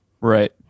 Right